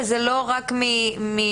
וזה לא רק מגבייה?